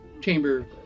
chamber